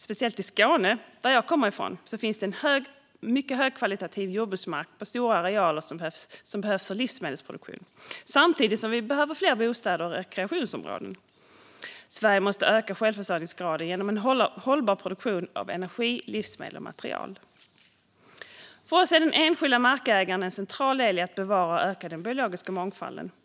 Speciellt i Skåne, som jag kommer ifrån, finns det jordbruksmark av mycket hög kvalitet på stora arealer, vilket behövs för livsmedelsproduktion - samtidigt som vi behöver fler bostäder och rekreationsområden. Sverige måste öka självförsörjningsgraden genom hållbar produktion av energi, livsmedel och material. För oss är den enskilda markägaren en central del i arbetet med att bevara och öka den biologiska mångfalden.